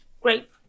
great